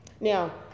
Now